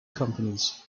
companies